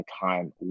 time